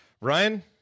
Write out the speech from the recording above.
Ryan